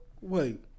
wait